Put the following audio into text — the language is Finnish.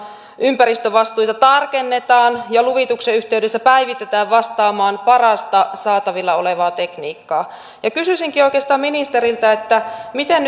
ympäristövastuita tarkennetaan ja luvituksen yhteydessä menetelmät päivitetään vastaamaan parasta saatavilla olevaa tekniikkaa ja kysyisinkin oikeastaan ministeriltä miten